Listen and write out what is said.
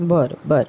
बरं बरं